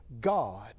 God